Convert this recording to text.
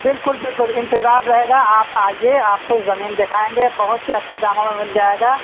بالکل بالکل انتظار رہے گا آپ آئیے آپ کو زمین دکھائیں گے بہت ہی اچھے داموں میں مل جائے گا